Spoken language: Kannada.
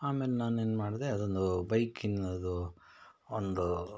ಆಮೇಲೆ ನಾನು ಏನು ಮಾಡಿದೆ ಅದೊಂದು ಬೈಕಿನದು ಒಂದು